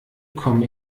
komme